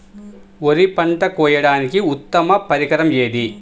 వరి పంట కోయడానికి ఉత్తమ పరికరం ఏది?